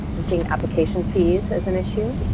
and seeing application fees as an issue.